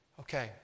Okay